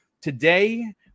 today